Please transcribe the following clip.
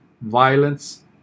Violence